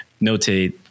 notate